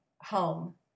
home